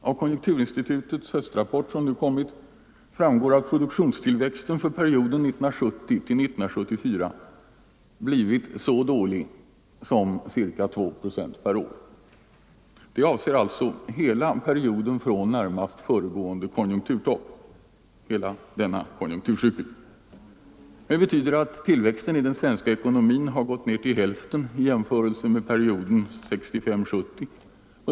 Av konjunkturinstitutets höstrapport, som nu kommit, framgår att produktionstillväxten för perioden 1970-1974 blivit så dålig som ca 2 procent per år. Den siffran avser perioden från närmast föregående konjunkturtopp, alltså hela denna konjunkturcykel. Det betyder att tillväxten i den svenska ekonomin gått ned till hälften i jämförelse med perioden 1965-1970.